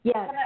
Yes